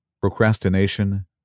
procrastination